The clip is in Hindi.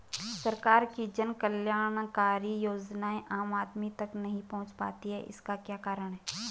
सरकार की जन कल्याणकारी योजनाएँ आम आदमी तक नहीं पहुंच पाती हैं इसका क्या कारण है?